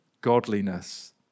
godliness